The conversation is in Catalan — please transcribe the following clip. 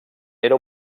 era